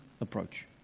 approach